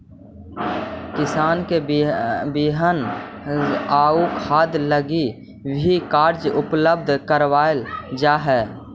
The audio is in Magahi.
किसान सब के बिहन आउ खाद लागी भी कर्जा उपलब्ध कराबल जा हई